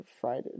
Friday